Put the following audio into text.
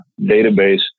database